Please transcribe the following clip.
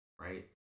right